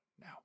now